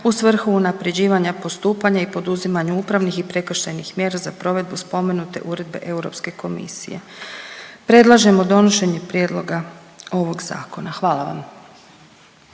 u svrhu unapređivanja postupanja i poduzimanju upravnih i prekršajnih mjera za provedbu spomenute Uredbe Europske komisije. Predlažemo donošenje prijedloga ovog zakona. Hvala vam.